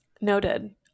noted